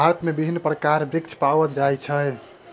भारत में विभिन्न प्रकारक वृक्ष पाओल जाय छै